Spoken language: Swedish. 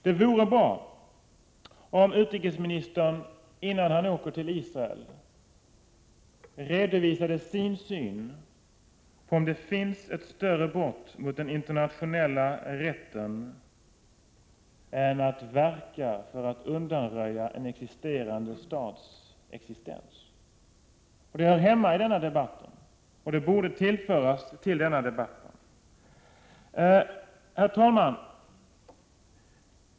Det vore bra om utrikesministern innan han reser till Israel redovisade om han anser att det kan förekomma ett större brott mot folkrätten än att verka för att undanröja en existerande stat. Detta hör hemma i denna debatt, och vi borde få ett svar på den frågan just i den här debatten.